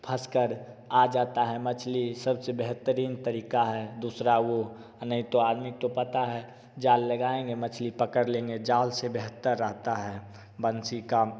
फँसकर आ जाता है मछली सबसे बेहतरीन तरीक़ा है दूसरा वो नहीं तो आदमी के पता है जाल लगाएँगे मछली पकड़ लेंगे जाल से बेहतर रहता है बंसी का